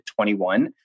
21